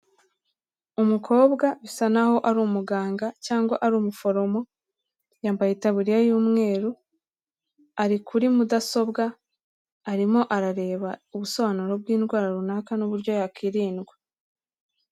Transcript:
Umukobwa bisa nk'aho ari umuganga cyangwa ari umuforomo, yambaye itabuririya y'umweru ari kuri mudasobwa, arimo arareba ubusobanuro bw'indwara runaka n'uburyo yakwirindwa.